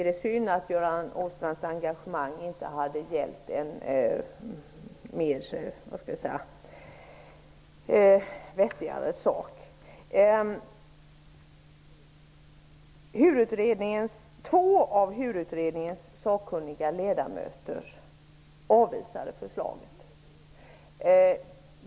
Det är synd att Göran Åstrands engagemang inte gäller en vettigare sak. Två av HUR-utredningens sakkunniga ledamöter avvisade förslaget.